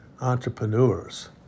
entrepreneurs